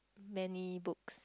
many books